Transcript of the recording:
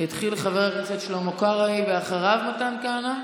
חבריי חברי הכנסת, משפחות יקרות,